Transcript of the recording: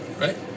right